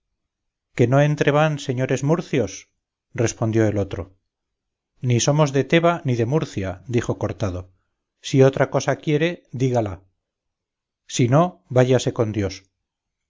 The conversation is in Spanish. qué no entrevan señores murcios respondió el otro ni somos de teba ni de murcia dijo cortado si otra cosa quiere dígala si no váyase con dios